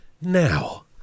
Now